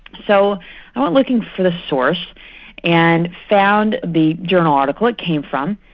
so i went looking for the source and found the journal article it came from,